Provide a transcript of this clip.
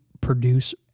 produce